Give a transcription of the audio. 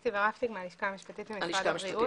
אסתי ורהפטיג מהלשכה המשפטית של משרד הבריאות.